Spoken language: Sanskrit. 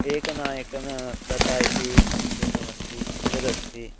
एकनायकना लता इति एकमस्ति तदस्ति